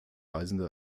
reisende